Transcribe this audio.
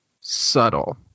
subtle